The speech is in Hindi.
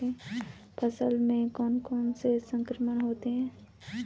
फसलों में कौन कौन से संक्रमण होते हैं?